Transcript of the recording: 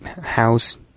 house